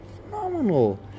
phenomenal